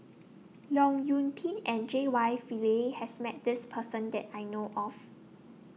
Leong Yoon Pin and J Y Pillay has Met This Person that I know of